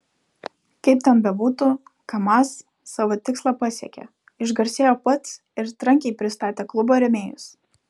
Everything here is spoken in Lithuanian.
kaip ten bebūtų kamaz savo tikslą pasiekė išgarsėjo pats ir trankiai pristatė klubo rėmėjus